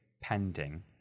pending